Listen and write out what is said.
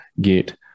get